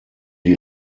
die